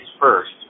first